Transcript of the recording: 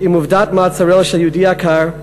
עם עובדת מעצרו של יהודי יקר,